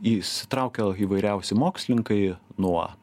įsitraukė įvairiausi mokslininkai nuo